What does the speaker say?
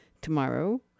tomorrow